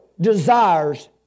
desires